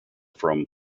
from